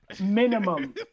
Minimum